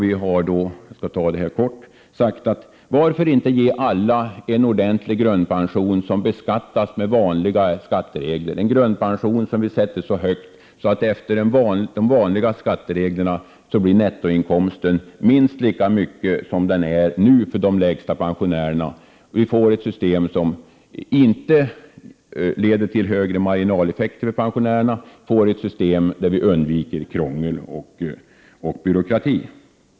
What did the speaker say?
Vi har sagt så här: Varför inte ge alla en ordentlig grundpension, som beskattas enligt vanliga skatteregler, en grundpension som vi sätter så högt att nettoinkomsten efter den vanliga skatten blir minst lika stor som den är nu för den som har den lägsta pensionen? Vi får ett system som inte leder till högre marginaleffekter för pensionärer än för andra, och vi undviker krångel och byråkrati.